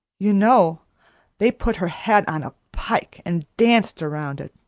you know they put her head on a pike and danced around it,